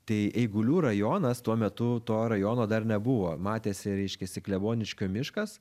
tai eigulių rajonas tuo metu to rajono dar nebuvo matėsi reiškiasi kleboniškio miškas